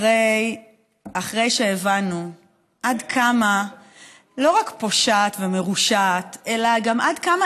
אחרי שהבנו עד כמה לא רק פושעת ומרושעת אלא גם עד כמה